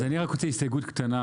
אני רק רוצה הסתייגות קטנה.